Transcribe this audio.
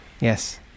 Yes